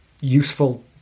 useful